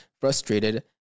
Frustrated